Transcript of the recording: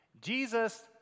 Jesus